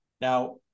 Now